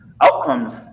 outcomes